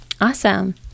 Awesome